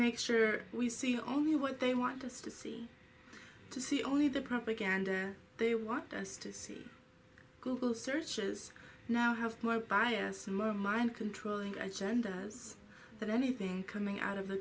make sure we see only what they want us to see to see only the propaganda they want us to see google searches now have more bias my mind controlling i gender is that anything coming out of the